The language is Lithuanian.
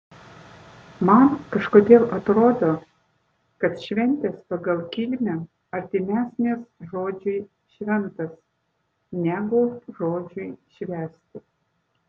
man kažkodėl atrodo kad šventės pagal kilmę artimesnės žodžiui šventas negu žodžiui švęsti